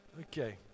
Okay